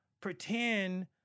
pretend